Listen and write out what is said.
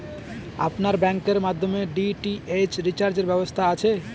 আপনার ব্যাংকের মাধ্যমে ডি.টি.এইচ রিচার্জের ব্যবস্থা আছে?